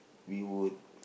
we would